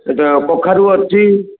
ସେଇଠୁ କଖାରୁ ଅଛି